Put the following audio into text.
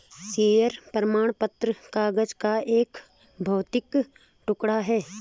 share प्रमाण पत्र कागज का एक भौतिक टुकड़ा है